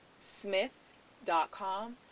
smith.com